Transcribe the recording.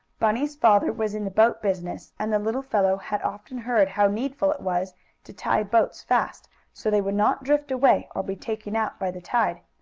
bunny's father was in the boat business and the little fellow had often heard how needful it was to tie boats fast so they would not drift away or be taken out by the tide.